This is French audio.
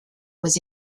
aux